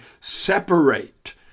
separate